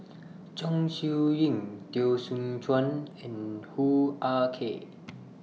Chong Siew Ying Teo Soon Chuan and Hoo Ah Kay